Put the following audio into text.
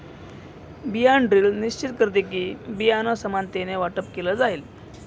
बियाण ड्रिल निश्चित करते कि, बियाणं समानतेने वाटप केलं जाईल